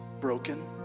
broken